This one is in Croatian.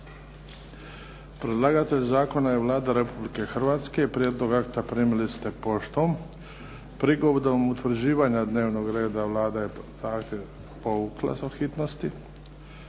Predlagatelj zakona je Vlada Republike Hrvatske. Prijedlog akta primili ste poštom. Prigodom utvrđivanja dnevnog reda Vlada je na zahtjev povukla za hitnost,